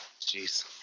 Jeez